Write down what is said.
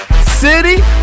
city